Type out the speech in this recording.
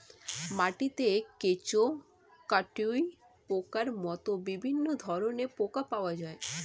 মাটিতে কেঁচো, কাটুই পোকার মতো বিভিন্ন ধরনের পোকা পাওয়া যায়